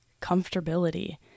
comfortability